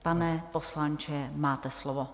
Pane poslanče, máte slovo.